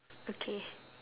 okay